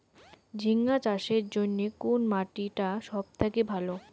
ঝিঙ্গা চাষের জইন্যে কুন মাটি টা সব থাকি ভালো?